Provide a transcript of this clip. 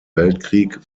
weltkrieg